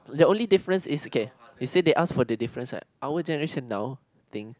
the only difference is K you said that they ask for the difference right our generation now thinks